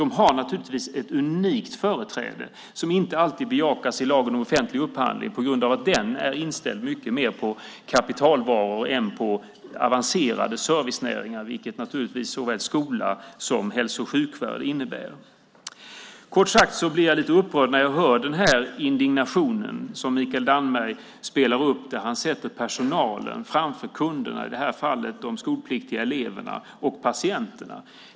De har naturligtvis ett unikt företräde, som inte alltid bejakas i lagen om offentlig upphandling på grund av att den är mycket mer inställd på kapitalvaror än på avancerade servicenäringar, vilket naturligtvis såväl skola som hälso och sjukvård innebär. Kort sagt blir jag lite upprörd när jag hör den indignation som Mikael Damberg spelar upp när han sätter personalen framför kunderna, i det här fallet de skolpliktiga eleverna och patienterna.